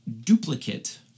duplicate